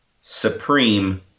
supreme